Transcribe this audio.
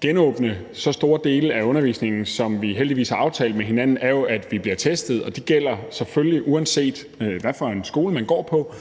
genåbne så store dele af undervisningen, som vi heldigvis har aftalt med hinanden, er jo, at vi bliver testet, og det gælder selvfølgelig, uanset hvad for en skole man går på.